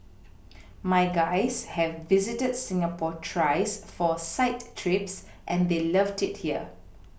my guys have visited Singapore thrice for site trips and they loved it here